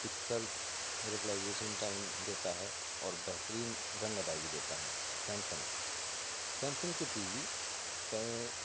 pixels replication time دیتا ہے اور بہترین رنگ ادائیگی دیتا ہے سیمسنگ سیمسنگ کی ٹی وی پہ